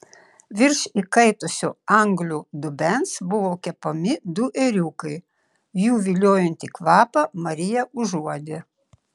virš įkaitusio anglių dubens buvo kepami du ėriukai jų viliojantį kvapą marija užuodė